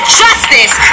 justice